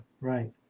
Right